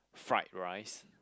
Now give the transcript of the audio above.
fried rice